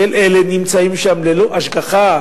הם נמצאים שם ללא השגחה,